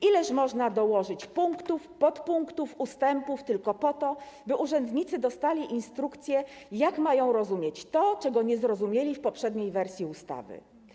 Ileż można dołożyć punktów, podpunktów, ustępów tylko po to, by urzędnicy dostali instrukcję, jak mają rozumieć to, czego nie zrozumieli w poprzedniej wersji ustawy?